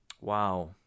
Wow